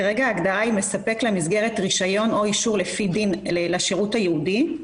כרגע ההגדרה היא "מספק למסגרת רישיון או אישור לפי דין לשירות הייעודי".